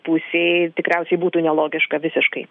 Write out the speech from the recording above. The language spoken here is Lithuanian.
pusėj tikriausiai būtų nelogiška visiškai